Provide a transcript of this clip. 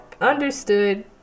understood